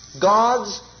God's